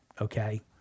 okay